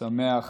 אני שמח